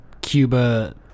Cuba